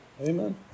Amen